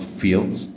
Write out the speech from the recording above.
fields